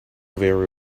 very